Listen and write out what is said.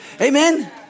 Amen